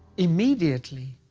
immediately,